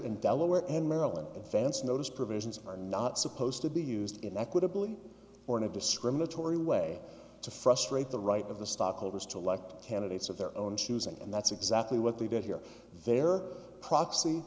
in delaware and maryland advance notice provisions are not supposed to be used in equitably or in a discriminatory way to frustrate the right of the stockholders to elect candidates of their own choosing and that's exactly what they did here their proxy